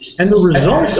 and the result